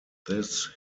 this